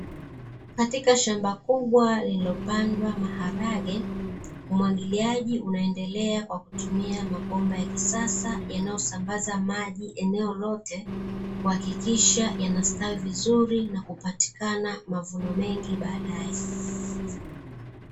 Katika shamba kubwa lililopandwa maharage, umwagiliaji unaendelea kwa kutumia mabomba ya kisasa yanayosambaza maji eneo lote, kuhakikisha yanastawi vizuri na kupatikana mavuno mengi baadaye.